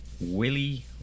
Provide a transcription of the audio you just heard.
Willie